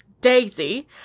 Daisy